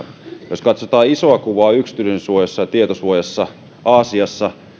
jos katsotaan isoa kuvaa yksityisyydensuojassa ja tietosuojassa aasiassa